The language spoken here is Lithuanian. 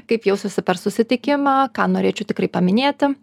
kaip jausiuosi per susitikimą ką norėčiau tikrai paminėti